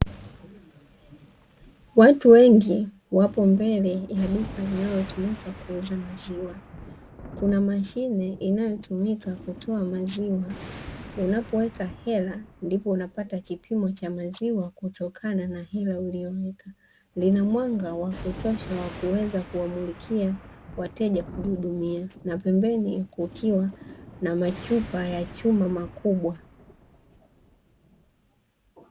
Watu wengi wapo mbele ya duka linalotumika kuuza maziwa, kuna mashine inayotumika kutoa maziwa unapoweka hela ndipo unapata kipimo cha maziwa kutokana na hela uliyoweka. Lina mwanga wa kutosha wa kuweza kuwamulikia wateja kujihudumia, na pembeni kukiwa na machupa ya chuma makubwa.